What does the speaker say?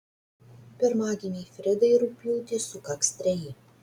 pirmagimei fridai rugpjūtį sukaks treji